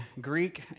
Greek